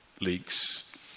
leaks